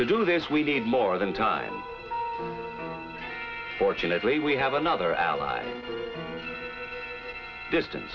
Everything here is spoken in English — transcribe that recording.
to do this we need more than time fortunately we have another ally distance